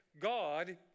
God